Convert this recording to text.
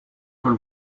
col